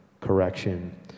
correction